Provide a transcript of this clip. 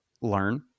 learn